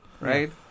right